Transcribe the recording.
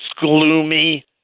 gloomy